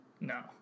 No